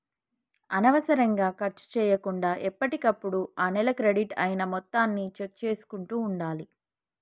అనవసరంగా ఖర్చు చేయకుండా ఎప్పటికప్పుడు ఆ నెల క్రెడిట్ అయిన మొత్తాన్ని చెక్ చేసుకుంటూ ఉండాలి